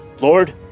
Lord